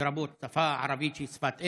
לרבות השפה הערבית, שהיא שפת אם,